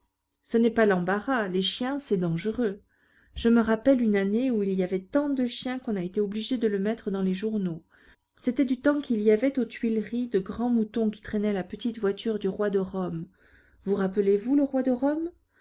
ce n'est pas l'embarras les chiens c'est dangereux je me rappelle une année où il y avait tant de chiens qu'on a été obligé de le mettre dans les journaux c'était du temps qu'il y avait aux tuileries de grands moutons qui traînaient la petite voiture du roi de rome vous rappelez-vous le roi de rome